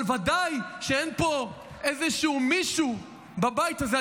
אבל ודאי שאין פה איזשהו מישהו בבית הזה,